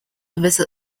visit